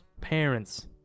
Parents